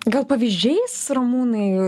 gal pavyzdžiais ramūnai